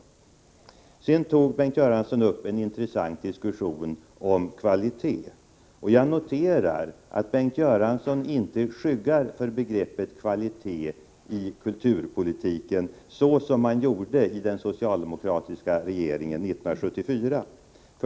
Sedan tog Bengt Göransson upp en intressant diskussion om kvalitet. Jag noterar att Bengt Göransson inte skyggar för begreppet kvalitet i kulturpolitiken, såsom man gjorde i den socialdemokratiska regeringen 1974.